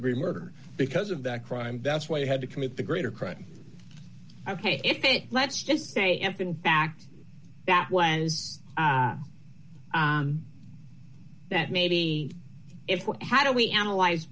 degree murder because of that crime that's why they had to commit the greater crime ok if it let's just say if in fact that was that maybe if we had a we analyze